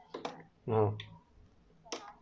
mmhmm